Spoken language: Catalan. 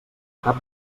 cap